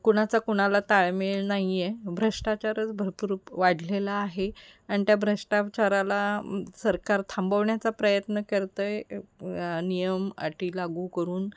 कुणाचा कुणाला ताळमेळ नाही आहे भ्रष्टाचारच भरपूर वाढलेला आहे आणि त्या भ्रष्टाचाराला सरकार थांबवण्याचा प्रयत्न करतं आहे नियम अटी लागू करून